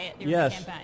Yes